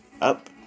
up